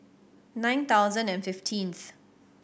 nine thousand and fifteenth